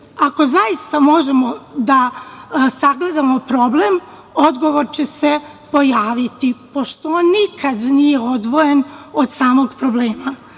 ako zaista možemo da sagledamo problem, odgovor će se pojaviti, pošto on nikad nije odvojen od samog problema.